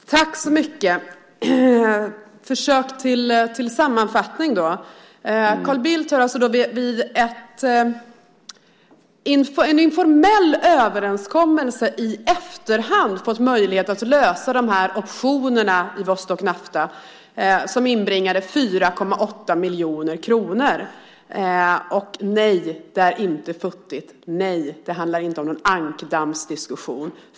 Fru talman! Jag gör ett försök till sammanfattning. Carl Bildt har i en informell överenskommelse i efterhand fått möjlighet att lösa de optioner i Vostok Nafta som inbringade 4,8 miljoner kronor. Nej, det är inte futtigt. Nej, det handlar inte om någon ankdammsdiskussion.